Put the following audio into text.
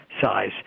size